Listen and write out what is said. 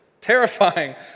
terrifying